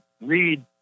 read